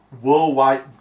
worldwide